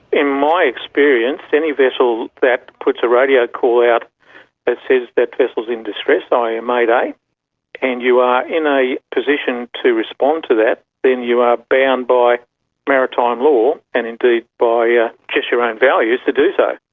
in my experience, any vessel that puts a radio call out that says that vessel's in distress, a and mayday, and you are in a position to respond to that, then you are bound by maritime law and indeed by yeah just your own values to do so.